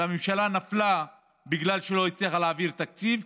והממשלה נפלה בגלל שהיא לא הצליחה להעביר תקציב,